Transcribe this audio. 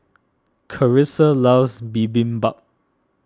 Carisa loves Bibimbap